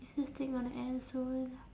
is this thing gonna end soon